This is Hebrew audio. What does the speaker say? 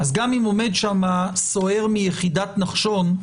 אז גם אם עומד שם סוהר מיחידת נחשון,